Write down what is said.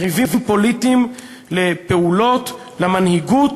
יריבים פוליטיים לפעולות, למנהיגות,